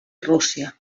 rússia